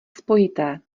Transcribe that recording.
spojité